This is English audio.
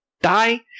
die